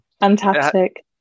Fantastic